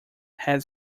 had